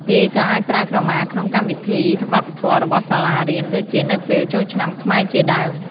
គេក៏អាចប្រើក្រមាក្នុងកម្មវិធីវប្បធម៌របស់សាលារៀន ដូចជានៅពេលចូលឆ្នាំខ្មែរជាដើម។